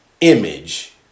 image